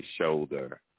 shoulder